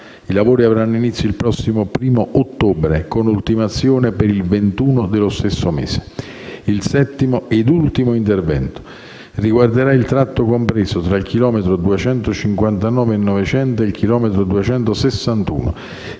i lavori avranno inizio il prossimo 1° ottobre, con ultimazione prevista per il 21 dello stesso mese. Il settimo e ultimo intervento riguarderà il tratto compreso tra il chilometro 259+900 e il chilometro 261,